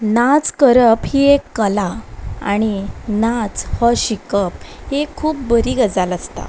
नाच करप ही एक कला आनी नाच हो शिकप ही खूब बरी गजाल आसता